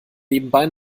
nebenbei